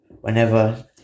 whenever